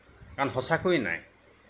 কাৰণ সঁচাকৈয়ে নাই